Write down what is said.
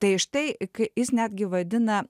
tai štai kai jis netgi vadina